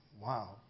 Wow